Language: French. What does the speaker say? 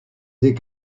des